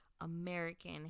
American